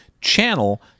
Channel